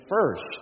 first